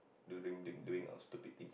during th~ doing your stupid thing